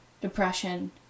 Depression